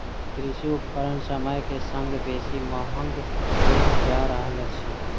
कृषि उपकरण समय के संग बेसी महग भेल जा रहल अछि